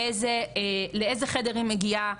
לאיזה חדר היא מגיעה,